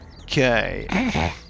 Okay